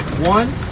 One